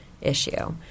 issue